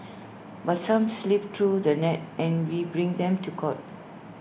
but some slip through the net and we bring them to court